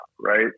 right